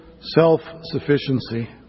self-sufficiency